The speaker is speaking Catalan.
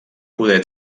poder